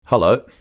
Hello